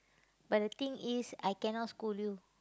but the thing is I cannot scold you